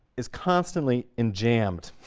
is constantly enjambed,